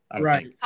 Right